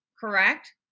Correct